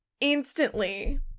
instantly